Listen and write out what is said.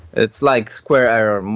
it's like square error.